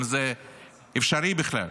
אם זה אפשרי בכלל.